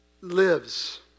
lives